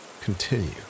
continue